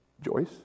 Joyce